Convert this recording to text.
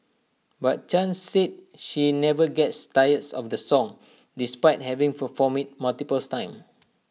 but chan said she never gets tired of the song despite having performed IT multiple times